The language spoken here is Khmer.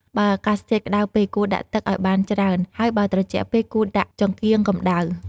បើអាកាសធាតុក្តៅពេក គួរដាក់ទឹកឲ្យបានច្រើន ហើយបើត្រជាក់ពេក គួរដាក់ចង្កៀងកម្តៅ។